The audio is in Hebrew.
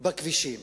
בכבישים